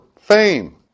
fame